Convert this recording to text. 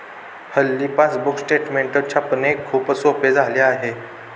हल्ली passbook statement छापणे खूप सोपे झाले आहे